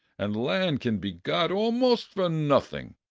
and land can be got almost for nothing.